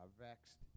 vexed